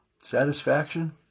Satisfaction